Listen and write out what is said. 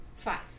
Five